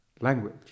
language